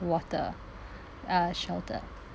water uh shelter